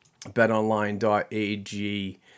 Betonline.ag